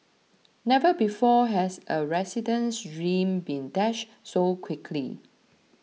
never before has a resident's dream been dashed so quickly